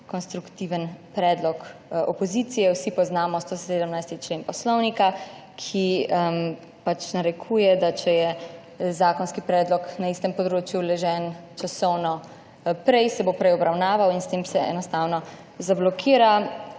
konstruktiven predlog opozicije. Vsi poznamo 117. člen Poslovnika, ki narekuje, da če je zakonski predlog na istem področju vložen časovno prej, se bo prej obravnaval in s tem se enostavno zablokira